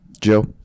Joe